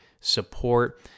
support